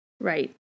Right